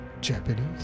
Japanese